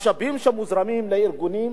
המשאבים שמוזרמים לארגונים